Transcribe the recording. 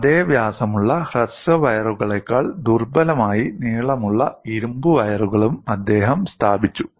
അതേ വ്യാസമുള്ള ഹ്രസ്വ വയറുകളേക്കാൾ ദുർബലമായി നീളമുള്ള ഇരുമ്പ് വയറുകളും അദ്ദേഹം സ്ഥാപിച്ചു